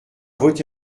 voté